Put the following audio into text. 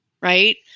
Right